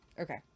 Okay